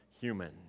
human